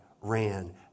ran